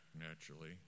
naturally